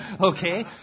okay